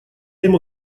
ему